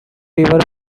river